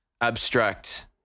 Abstract